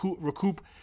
recoup